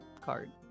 card